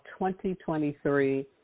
2023